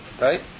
Right